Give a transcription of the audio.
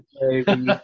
baby